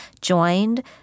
joined